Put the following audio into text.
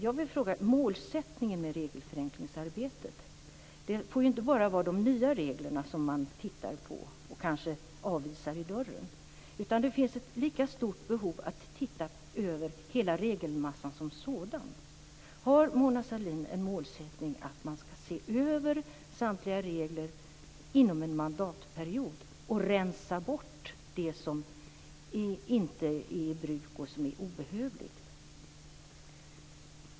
Jag vill fråga om målsättningen med regelförenklingsarbetet. Det får ju inte bara vara så att man tittar på de nya reglerna och kanske avvisar dem i dörren. Det finns ett lika stort behov av att se över hela regelmassan som sådan. Har Mona Sahlin målsättningen att man skall se över samtliga regler inom en mandatperiod och rensa bort det som inte är i bruk och obehövligt?